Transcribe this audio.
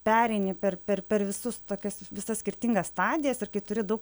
pereini per per per visus tokias visas skirtingas stadijas ir kai turi daug